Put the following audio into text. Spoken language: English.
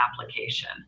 application